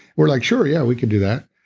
we're like, sure, yeah. we can do that.